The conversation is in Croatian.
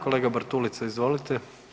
Kolega Bartulica izvolite.